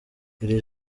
iri